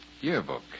Yearbook